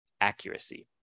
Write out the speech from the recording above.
accuracy